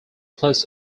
plus